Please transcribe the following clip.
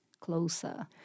closer